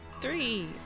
Three